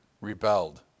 rebelled